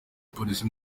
polisi